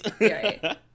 Right